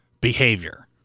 behavior